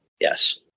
yes